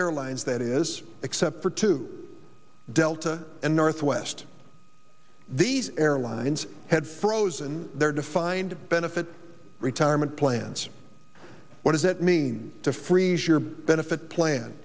airlines that is except for to delta and northwest these airlines had frozen their defined benefit retirement plans what does it mean to freeze your benefit plan